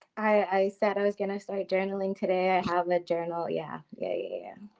i said i was gonna start journaling today. i have a journal, yeah, yeah yeah.